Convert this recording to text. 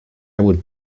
would